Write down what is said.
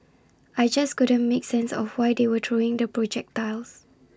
I just couldn't make sense of why they were throwing the projectiles